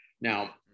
Now